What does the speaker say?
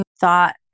thought